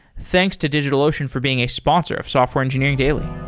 thanks to digitalocean for being a sponsor of software engineering daily.